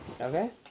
Okay